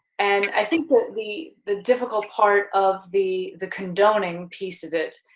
and, i think that the the difficult part of the the condoning piece of it,